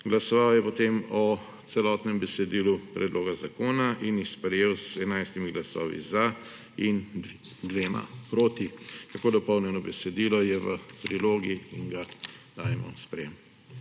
glasoval o celotnem besedilu predloga zakona in ga sprejel z 11 glasovi za in 2 proti. Tako dopolnjeno besedilo je v prilogi in ga dajemo v sprejetje.